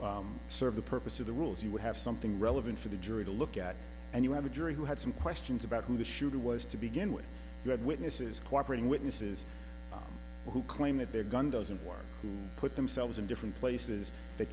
factor serve the purpose of the rules you would have something relevant for the jury to look at and you have a jury who had some questions about who the shooter was to begin with who had witnesses cooperating witnesses who claim that their gun doesn't work and put themselves in different places th